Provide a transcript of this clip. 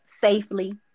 safely